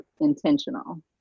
intentional